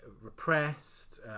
repressed